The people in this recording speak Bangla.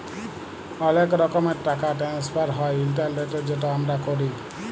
অলেক রকমের টাকা টেনেসফার হ্যয় ইলটারলেটে যেট আমরা ক্যরি